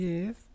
Yes